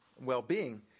well-being